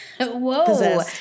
Whoa